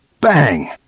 Bang